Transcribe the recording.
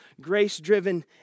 grace-driven